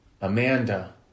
Amanda